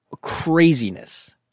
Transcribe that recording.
craziness